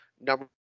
number